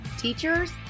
Teachers